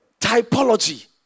typology